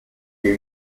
new